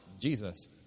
Jesus